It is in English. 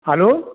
hello